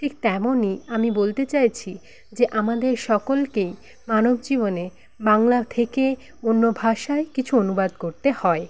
ঠিক তেমনই আমি বলতে চাইছি যে আমাদের সকলকেই মানব জীবনে বাংলা থেকে অন্য ভাষায় কিছু অনুবাদ করতে হয়